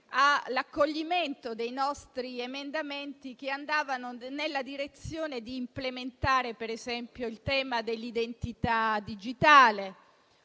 all'accoglimento dei nostri emendamenti, che andavano nella direzione di implementare, per esempio, il tema dell'identità digitale